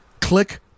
click